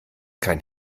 kein